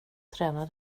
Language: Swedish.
träna